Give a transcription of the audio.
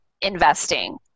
Investing